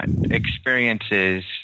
experiences